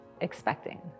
expecting